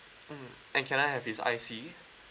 mm and can I have his I_C